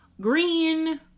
green